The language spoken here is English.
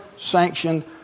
sanctioned